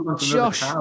Josh